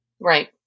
Right